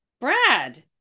Brad